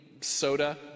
Soda